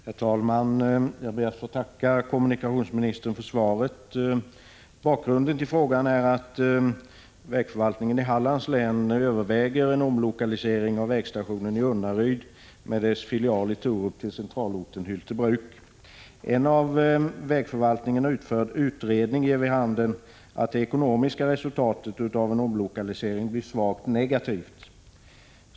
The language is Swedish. Herr talman! Jag ber att få tacka kommunikationsministern för svaret. Bakgrunden till frågan är att vägförvaltningen i Hallands län överväger en omlokalisering av vägstationen i Unnaryd med dess filial i Torup till centralorten Hyltebruk. En av vägförvaltningen utförd utredning ger vid handen att det ekonomiska resultatet av en omlokalisering blir svagt negativt.